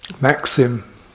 maxim